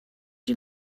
you